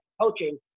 coaching